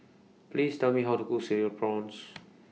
Please Tell Me How to Cook Cereal Prawns